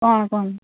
କ'ଣ କ'ଣ